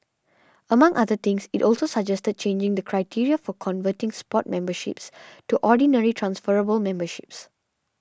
among other things it also suggested changing the criteria for converting sports memberships to ordinary transferable memberships